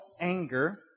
anger